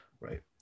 Right